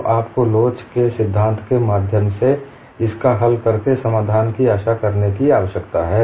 तो आपको लोच के सिद्धांत के माध्यम से इसका हल करके समाधान की आशा करने आवश्यकता है